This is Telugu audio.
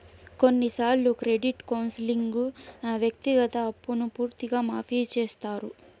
కొన్నిసార్లు క్రెడిట్ కౌన్సిలింగ్లో వ్యక్తిగత అప్పును పూర్తిగా మాఫీ చేత్తారు